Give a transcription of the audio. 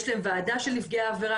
יש להם ועדה של נפגעי עבירה.